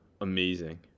amazing